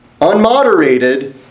unmoderated